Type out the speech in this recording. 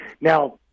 Now